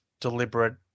deliberate